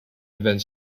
event